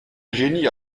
génie